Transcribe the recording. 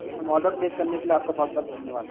ठीक है ma'am order place करने के लिए आपका बहुत बहुत धन्यवाद